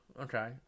Okay